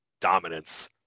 dominance